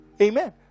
amen